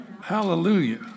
Hallelujah